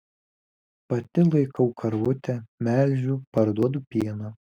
pati laikau karvutę melžiu parduodu pieną